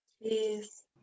Yes